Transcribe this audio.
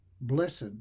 Blessed